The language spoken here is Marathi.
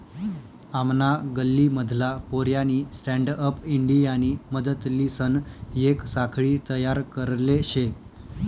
आमना गल्ली मधला पोऱ्यानी स्टँडअप इंडियानी मदतलीसन येक साखळी तयार करले शे